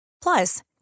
Plus